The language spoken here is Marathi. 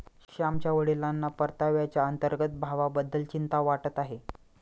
श्यामच्या वडिलांना परताव्याच्या अंतर्गत भावाबद्दल चिंता वाटत आहे